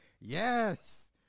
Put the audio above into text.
Yes